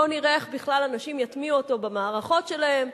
בוא נראה איך בכלל אנשים יטמיעו אותו במערכות שלהם,